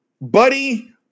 buddy